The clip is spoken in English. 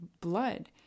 blood